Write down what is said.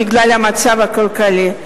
בגלל המצב הכלכלי,